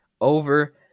over